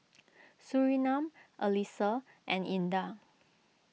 Surinam Alyssa and Indah